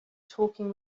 talking